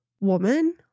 woman